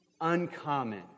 uncommon